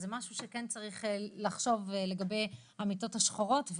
זה משהו שצריך לחשוב לגבי המיטות השחורות.